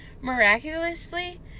Miraculously